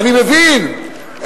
אני מבין,